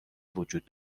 وجود